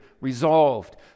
Resolved